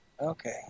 Okay